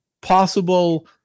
possible